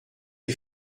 est